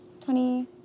Twenty